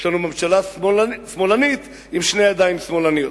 יש לנו ממשלה שמאלנית עם שתי ידיים שמאלניות.